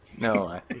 no